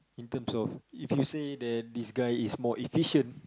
in terms of if you say then this guy is more efficient